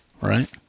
Right